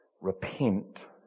repent